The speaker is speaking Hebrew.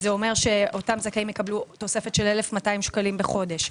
זה אומר שאותם זכאים יקבלו תוספת של 1,200 שקלים בחודש.